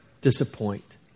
disappoint